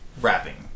rapping